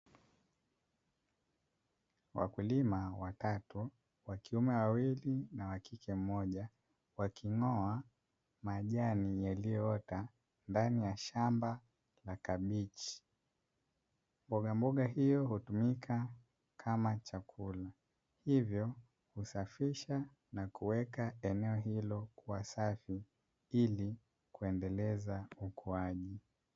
Wakulima watatu, wakiume wawili na wakike mmoja waking'oa majani yaliyoota ndani ya shamba la kabichi. Mbogamboga hiyo hutumika kama chakula, hivyo husafisha na kuweka eneo hilo kuwa safi ili kuendeleza ukuaji.